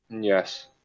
Yes